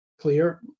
clear